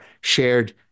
shared